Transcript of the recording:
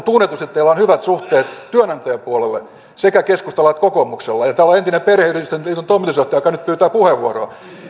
tunnetusti teillä on hyvät suhteet työnantajapuolelle sekä keskustalla että kokoomuksella ja ja täällä on entinen perheyritysten liiton toimitusjohtaja joka nyt pyytää puheenvuoroa niin